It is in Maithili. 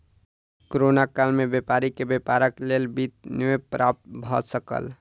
कोरोना काल में व्यापारी के व्यापारक लेल वित्त नै प्राप्त भ सकल